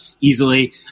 easily